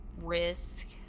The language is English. Risk